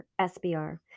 SBR